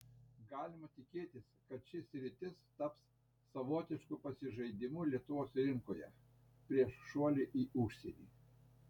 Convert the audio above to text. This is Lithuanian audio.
galima tikėtis kad ši sritis taps savotišku pasižaidimu lietuvos rinkoje prieš šuolį į užsienį